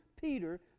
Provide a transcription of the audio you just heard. Peter